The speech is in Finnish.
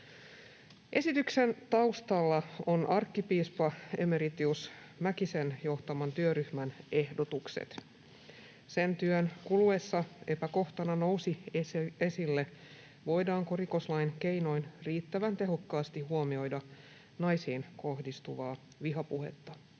Esityksen taustalla ovat arkkipiispa emeritus Mäkisen johtaman työryhmän ehdotukset. Sen työn kuluessa epäkohtana nousi esille, voidaanko rikoslain keinoin riittävän tehokkaasti huomioida naisiin kohdistuvaa vihapuhetta.